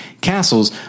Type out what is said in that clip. castles